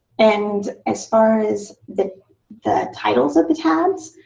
and as far as the the titles of the tabs,